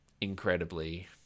incredibly